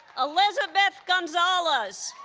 elizabeth gonzalez